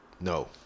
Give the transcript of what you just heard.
no